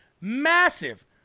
massive